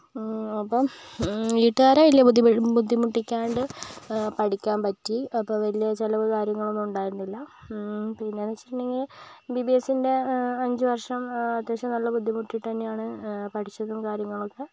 അപ്പം വീട്ടുകാരെ വലിയ ബുദ്ധിമുട്ടിക്കാണ്ട് പഠിക്കാൻ പറ്റി അപ്പോൾ വലിയ ചെലവും കാര്യങ്ങളും ഒന്നും ഉണ്ടായില്ല പിന്നെ എന്ന് വെച്ചിട്ടുണ്ടെങ്കിൽ എം ബി ബി എസ് ന്റെ അഞ്ച് വർഷം അത്യാവശ്യം ബുദ്ധിമുട്ടി തന്നെയാണ് പഠിച്ചതും കാര്യങ്ങളൊക്കെ